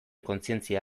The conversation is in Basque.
kontzientzia